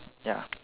ya